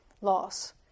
loss